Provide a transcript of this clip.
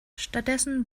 stattdessen